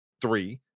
three